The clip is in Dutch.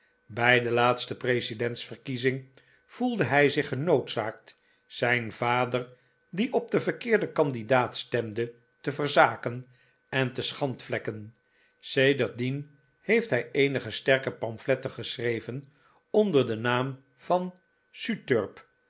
brj de laatste presidentsverkiezing voelde hij zich genoodzaakt zijn vader die op den verkeerden candidaat stemde te verzaken en te schandvlekken sedertdien heeft hij eenige sterke pamfletten geschreven onder den naam van